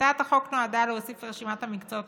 הצעת החוק נועדה להוסיף לרשימת המקצועות